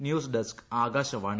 news desk Akashvani